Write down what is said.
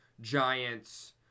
Giants